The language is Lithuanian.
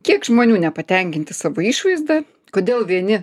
kiek žmonių nepatenkinti savo išvaizda kodėl vieni